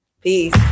peace